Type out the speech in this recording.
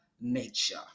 Nature